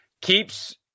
Keeps